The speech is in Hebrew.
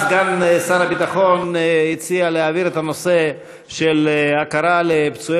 סגן שר הביטחון הציע להעביר את נושא יום ההוקרה לפצועי